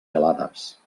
gelades